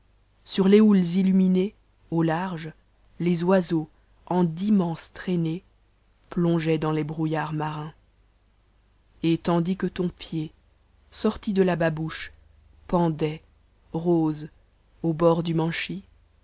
sur les houles himmtnées au large les oiseaux en d'immenses traînées plongeaient dans les brouillards marins et tandis que ton pied sorti de la babouche pendait rose au bord du manchy